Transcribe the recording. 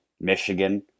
Michigan